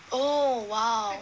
oh !wow!